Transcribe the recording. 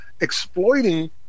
exploiting